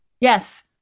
Yes